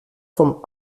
vom